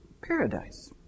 paradise